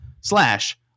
slash